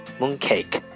mooncake，